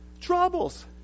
Troubles